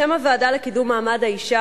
בשם הוועדה לקידום מעמד האשה,